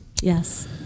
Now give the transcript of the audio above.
Yes